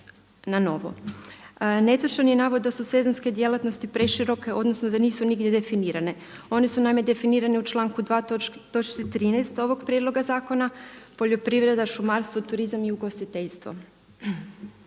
na novo. Netočan je navod da su sezonske djelatnosti preširoke odnosno da nisu nigdje definirane. One su naime definirane u članku 2. točci 13. ovoga prijedloga zakona poljoprivreda, šumarstvo, turizam i ugostiteljstvo.